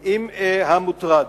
עם המוטרד.